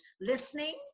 listening